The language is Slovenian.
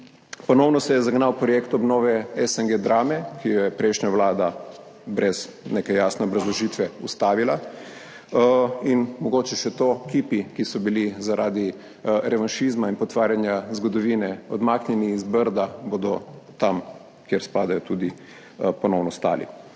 Ponovno se je zagnal projekt obnove SNG Drame, ki jo je prejšnja vlada brez neke jasne obrazložitve ustavila. In mogoče še to, kipi, ki so bili zaradi revanšizma in potvarjanja zgodovine odmaknjeni z Brda, bodo tam, kamor spadajo, tudi ponovno stali.